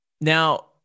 Now